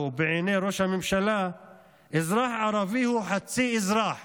ובעיני ראש הממשלה אזרח ערבי הוא חצי אזרח